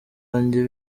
bajye